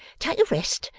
take a rest,